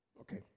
Okay